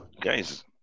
guys